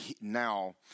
now